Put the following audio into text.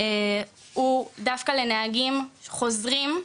הוא דווקא לנהגים חוזרים,